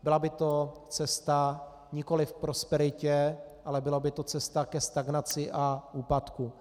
Byla by to cesta nikoliv k prosperitě, ale byla by to cesta ke stagnaci a úpadku.